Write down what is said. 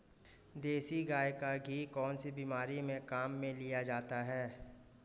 देसी गाय का घी कौनसी बीमारी में काम में लिया जाता है?